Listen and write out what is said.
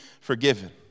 forgiven